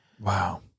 Wow